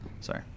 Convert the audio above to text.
Sorry